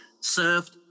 served